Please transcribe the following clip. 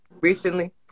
Recently